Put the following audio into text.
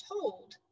told